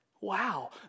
Wow